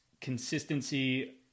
consistency